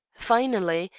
finally,